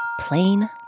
plain